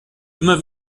immer